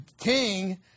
king